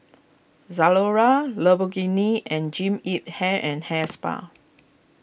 Zalora Lamborghini and Jean Yip Hair and Hair Spa